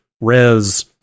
res